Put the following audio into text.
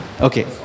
Okay